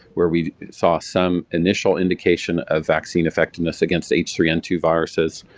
where we saw some initial indication of vaccine effectiveness against h three n two viruses.